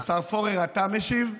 השר פורר, אתה משיב?